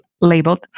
labeled